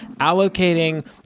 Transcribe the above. Allocating